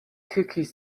cookie